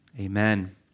Amen